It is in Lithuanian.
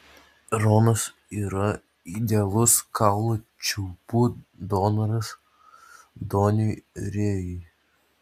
ronas yra idealus kaulų čiulpų donoras doniui rėjui